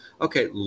Okay